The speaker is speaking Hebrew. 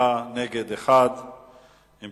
תשעה בעד, אחד נגד, אין נמנעים.